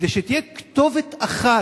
כדי שתהיה כתובת אחת,